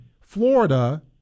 Florida